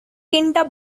kinda